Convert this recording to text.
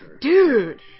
Dude